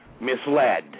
misled